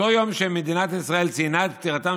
באותו יום שמדינת ישראל ציינה את פטירתם